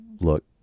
look